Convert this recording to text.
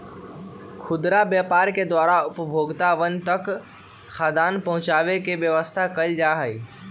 खुदरा व्यापार के द्वारा उपभोक्तावन तक खाद्यान्न पहुंचावे के व्यवस्था कइल जाहई